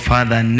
Father